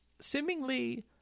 seemingly